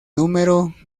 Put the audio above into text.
número